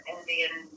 Indian